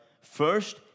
first